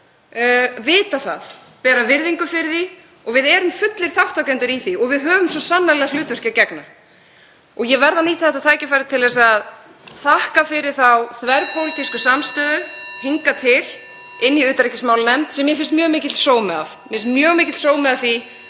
vita það, bera virðingu fyrir því og við erum fullir þátttakendur í því og við höfum svo sannarlega hlutverki að gegna. Ég verð að nýta þetta tækifæri til að þakka fyrir þá þverpólitísku samstöðu sem hingað til hefur verið í utanríkismálanefnd sem mér finnst mjög mikill sómi að.